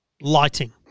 lighting